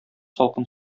салкын